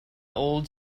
old